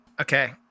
Okay